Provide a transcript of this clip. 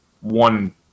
one